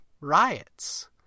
riots